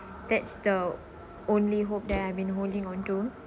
that's the only hope that I've been holding onto